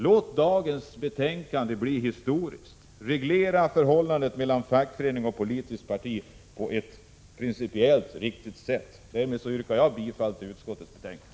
Låt dagens betänkande bli historiskt! Reglera förhållandet mellan fackföreningsrörelse och politiskt parti på ett principiellt riktigt sätt! Jag yrkar bifall till utskottets hemställan.